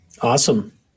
Awesome